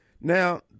Now